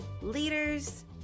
leaders